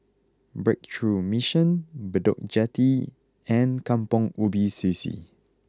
Breakthrough Mission Bedok Jetty and Kampong Ubi C C